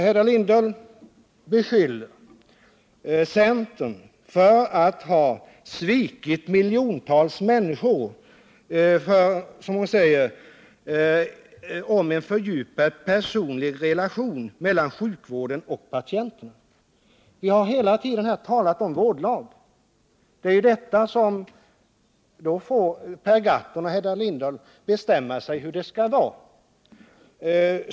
Hedda Lindahl beskyller centern för att ha svikit miljontals människors förhoppning om, som hon säger, en fördjupad personlig relation mellan sjukvården och patienterna. Det finns ingen grund för detta påstående. Vi har här hela tiden talat om vårdlag. Nu får Per Gahrton och Hedda Lindahl bestämma sig för hur det skall vara.